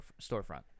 storefront